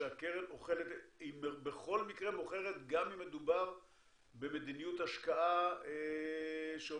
שהקרן בכל מקרה מוכרת גם אם מדובר במדיניות השקעה שאומרת